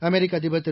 அமெரிக்கஅதிபர் திரு